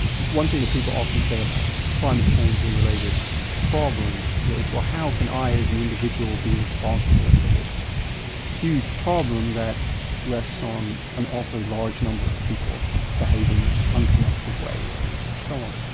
one thing that people often say about climate change and related problems is well, how can i as an individual be responsible for this huge problem that rests ah on an awfully large number of people behaving in unconnected ways and so on?